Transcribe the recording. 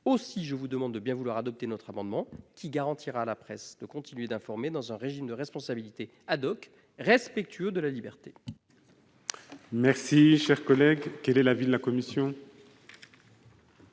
je vous demande de bien vouloir adopter notre amendement, qui garantira à la presse de continuer d'informer dans un régime de responsabilité respectueux de la liberté.